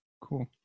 Cool